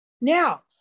Now